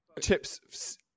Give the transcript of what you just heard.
chips